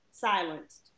silenced